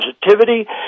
Positivity